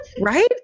right